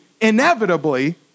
inevitably